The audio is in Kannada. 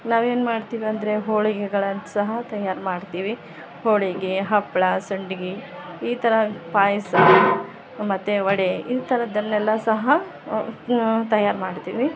ನಾವೇನು ಮಾಡ್ತೀವಿ ಅಂದರೆ ಹೋಳಿಗೆಗಳನ್ನು ಸಹ ತಯಾರು ಮಾಡ್ತೀವಿ ಹೋಳಿಗೆ ಹಪ್ಪಳ ಸಂಡಿಗೆ ಈ ಥರ ಪಾಯಸ ಮತ್ತು ವಡೆ ಈ ಥರದ್ದನ್ ಎಲ್ಲ ಸಹ ತಯಾರು ಮಾಡ್ತೀವಿ